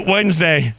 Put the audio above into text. Wednesday